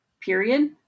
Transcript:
period